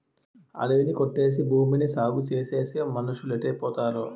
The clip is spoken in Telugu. అడివి ని కొట్టేసి భూమిని సాగుచేసేసి మనుసులేటైపోతారో